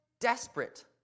desperate